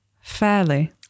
Fairly